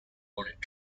ornate